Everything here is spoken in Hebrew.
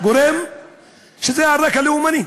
גורם שזה על רקע לאומני,